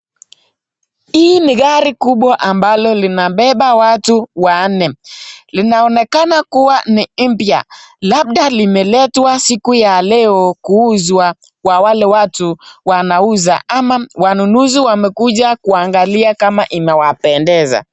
Hii ni gari kubwa ambalo linabeba watu wanne. Linaonekana kuwa ni mpya labda limeletwa siku ya leo kuuzwa kwa wale watu wanauza ama wanunuzi wamekuja kuangalia kama inawapendeza.